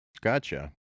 Gotcha